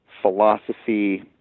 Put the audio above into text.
philosophy